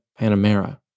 Panamera